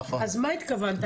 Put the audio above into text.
אז מה התכוונת,